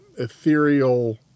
ethereal